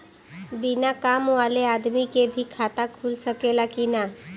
बिना काम वाले आदमी के भी खाता खुल सकेला की ना?